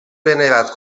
venerat